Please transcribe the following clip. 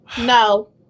no